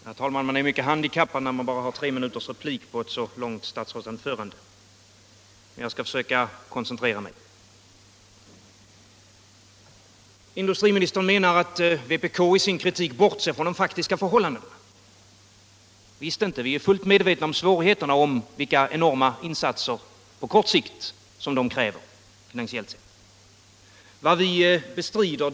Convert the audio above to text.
Herr talman! Man är starkt handikappad, när man bara har tre minuter 56 på sig för att replikera ett så långt anförande som statsrådet här höll. Men jag skall försöka koncentrera mig. Industriministern sade att vpk i sin kritik bortser från de faktiska förhållandena. Nej, visst inte. Vi är fullt medvetna om svårigheterna och de enorma finansiella insatser på kort sikt som de kräver.